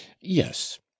yes